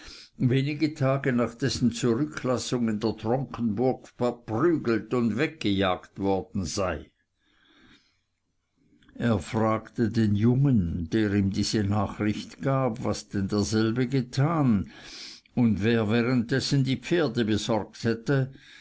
wenige tage nach dessen zurücklassung in der tronkenburg zerprügelt und weggejagt worden sei er fragte den jungen der ihm diese nachricht gab was denn derselbe getan und wer währenddessen die pferde besorgt hätte